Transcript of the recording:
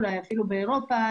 אולי אפילו באירופה,